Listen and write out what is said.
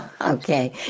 Okay